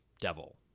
Devil